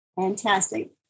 Fantastic